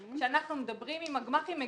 שאנחנו מדברים עם הגמ"חים,